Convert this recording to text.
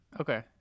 Okay